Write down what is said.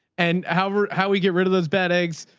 and however, how we get rid of those bad eggs,